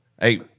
hey